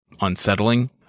unsettling